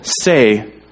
say